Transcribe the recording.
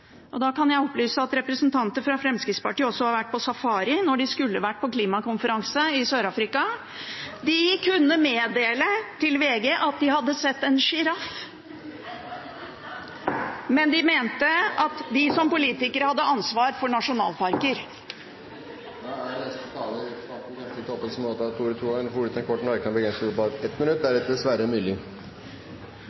for. Da kan jeg opplyse at representanter for Fremskrittspartiet også har vært på safari, da de skulle vært på klimakonferanse i Sør-Afrika. De kunne meddele til VG at de hadde sett en sjiraff, men de mente at de som politikere hadde ansvar for nasjonalparker. Representanten Kjersti Toppe har hatt ordet to ganger tidligere og får ordet til en kort merknad, begrenset til 1 minutt.